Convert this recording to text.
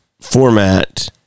format